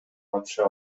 катыша